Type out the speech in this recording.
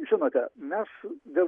žinote mes dėl